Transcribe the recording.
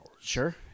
Sure